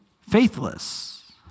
faithless